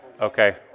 Okay